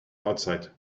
outside